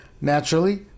Naturally